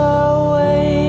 away